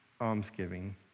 almsgiving